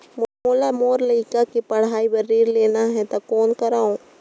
मोला मोर लइका के पढ़ाई बर ऋण लेना है तो कौन करव?